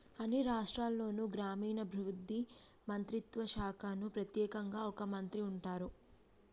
అన్ని రాష్ట్రాల్లోనూ గ్రామీణాభివృద్ధి మంత్రిత్వ శాఖకు ప్రెత్యేకంగా ఒక మంత్రి ఉంటాన్రు